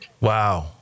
Wow